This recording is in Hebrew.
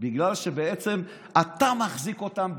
בגלל שבעצם אתה מחזיק אותם באמת.